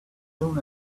soon